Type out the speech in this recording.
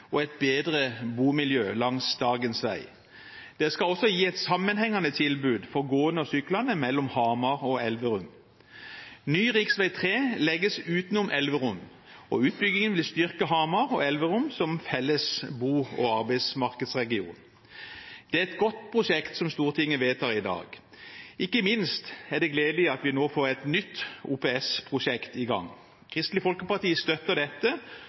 og et bedre bomiljø langs dagens vei. Det skal også gi et sammenhengende tilbud for gående og syklende mellom Hamar og Elverum. Ny rv. 3 legges utenom Elverum, og utbyggingen vil styrke Hamar og Elverum som felles bo- og arbeidsmarkedsregion. Det er et godt prosjekt Stortinget vedtar i dag. Ikke minst er det gledelig at vi nå får et nytt OPS-prosjekt i gang. Kristelig Folkeparti støtter dette,